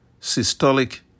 systolic